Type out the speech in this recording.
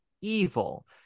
evil